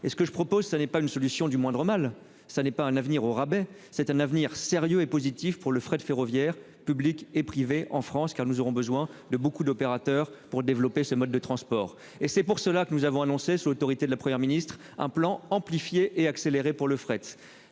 et ce que je propose, ça n'est pas une solution du moindre mal, ça n'est pas un avenir au rabais, c'est un avenir sérieux et positif pour le fret ferroviaire publique et privée en France car nous aurons besoin de beaucoup d'opérateurs pour développer ce mode de transport et c'est pour cela que nous avons annoncé, sous l'autorité de la Première ministre un plan amplifié et accéléré pour le fret,